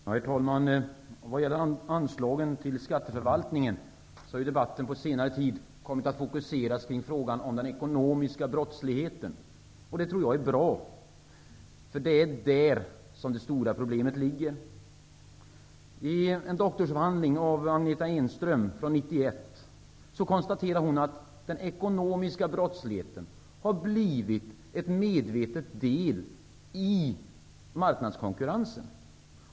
Herr talman! Debatten om anslagen till skatteförvaltningen har på senare tid kommit att fokuseras kring frågan om den ekonomiska brottsligheten. Det tror jag är bra. Det är där det stora problemet ligger. Agneta Enström att den ekonomiska brottsligheten har blivit en medveten del i marknadskonkurrensen.